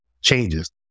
changes